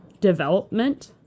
development